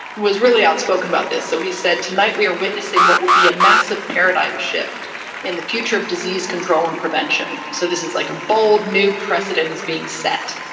was really outspoken about this. so he said tonight we are witnessing what will be a massive paradigm shift in the future of disease control and prevention. so this is like a bold new precedent is being set.